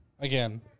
Again